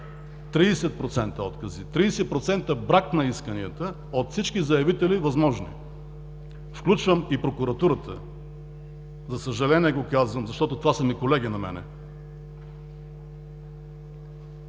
30% откази, 30% брак на исканията от всички заявители възможни. Включвам и прокуратурата, за съжаление, го казвам, защото това са ми колеги на мен.